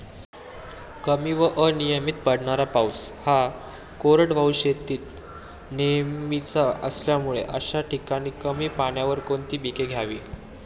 कमी व अनियमित पडणारा पाऊस हा कोरडवाहू शेतीत नेहमीचा असल्यामुळे अशा ठिकाणी कमी पाण्यावर कोणती पिके घ्यावी?